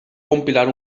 compilar